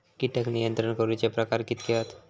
कीटक नियंत्रण करूचे प्रकार कितके हत?